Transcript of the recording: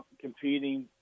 competing